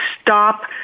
stop